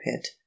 pit